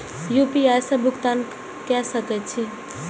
UPI से भुगतान क सके छी?